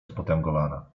spotęgowana